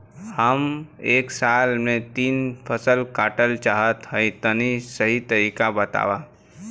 हम एक साल में तीन फसल काटल चाहत हइं तनि सही तरीका बतावा?